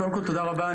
קודם כל, תודה רבה.